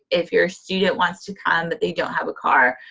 if your student wants to come but they don't have a car,